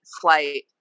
flight